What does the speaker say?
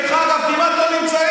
דרך אגב, הם כמעט לא נמצאים.